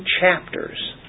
chapters